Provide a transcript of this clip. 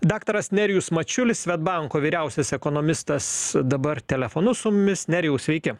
daktaras nerijus mačiulis svedbanko vyriausias ekonomistas dabar telefonu su mumis nerijau sveiki